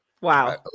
wow